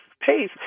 Pace